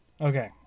Okay